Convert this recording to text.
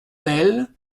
bayle